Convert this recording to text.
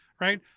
Right